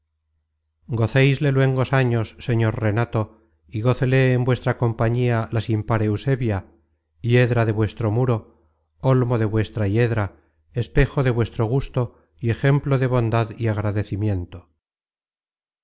gocéisle luengos años señor renato y gócele en vuestra compañía la sin par eusebia hiedra de vuestro muro olmo de vuestra hiedra espejo de vuestro gusto y ejemplo de bondad y agradecimiento